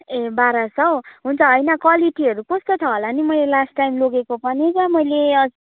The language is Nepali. ए बाह्र सौ हुन्छ होइन क्वालिटीहरू कस्तो छ होला नि मैले लास्ट टाइम लोगेको पनि त मैले